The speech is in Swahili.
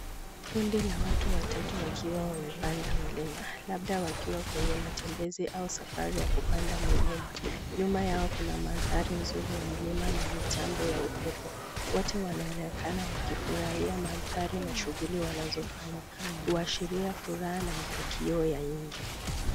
Kundi la watu watatu wakiwa wamepanda mlima labda wakiwa kwenye matembezi au safari ya kupanda milima. Nyuma yao kuna mandhari mzuri ya milima na mitambo ya upepo. Wote wanaonekana wakifurahia mandhari na shughuli wanazofanya kuashiria furaha na matukio ya nje.